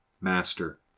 Master